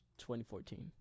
2014